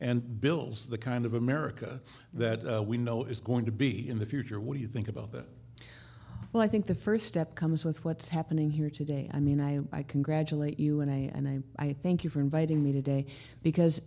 and bill's the kind of america that we know is going to be in the future what do you think about that well i think the first step comes with what's happening here today i mean i congratulate you and i and i'm i thank you for inviting me today because